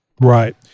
Right